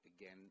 again